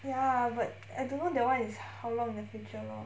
ya but I don't know that one is how long in the future lor